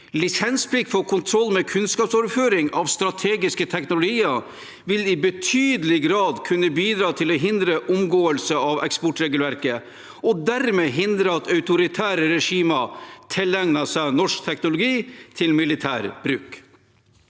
Lisensplikt for kontroll med kunnskapsoverføring av strategiske teknologier vil i betydelig grad kunne bidra til å hindre omgåelse av eksportregelverket og dermed hindre at autoritære regimer tilegner seg norsk teknologi til militær bruk.